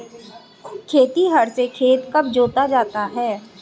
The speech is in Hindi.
खेतिहर से खेत कब जोता जाता है?